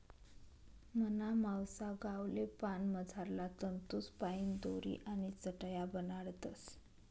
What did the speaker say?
मना मावसा गावले पान मझारला तंतूसपाईन दोरी आणि चटाया बनाडतस